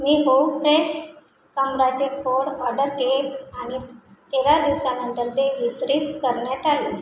मी होऊ फ्रेश कमळाचे खोड ऑर्डर केक आणि तेरा दिवसांनंतर ते वितरित करण्यात आले